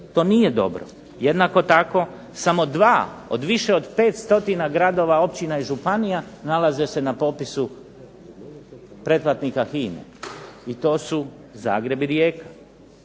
To nije dobro. Jednako tako samo 2 od više od 500 gradova, općina i županija nalaze se na popisu pretplatnika HINA-e i to su Zagreb i Rijeka.